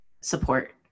support